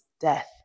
death